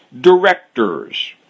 directors